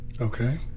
Okay